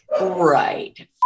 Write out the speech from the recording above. right